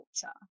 culture